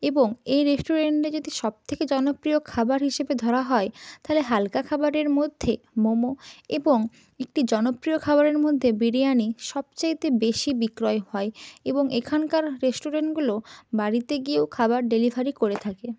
এবং এই রেস্টুরেন্টে যদি সবথেকে জনপ্রিয় খাবার হিসেবে ধরা হয় তাহলে হালকা খাবারের মধ্যে মোমো এবং একটি জনপ্রিয় খাবারের মধ্যে বিরিয়ানি সব চাইতে বেশি বিক্রয় হয় এবং এখানকার রেস্টুরেন্টগুলো বাড়িতে গিয়েও খাবার ডেলিভারি করে থাকে